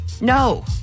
no